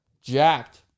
jacked